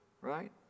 Right